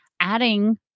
Adding